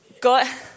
got